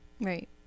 right